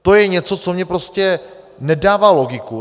To je něco, co mně prostě nedává logiku.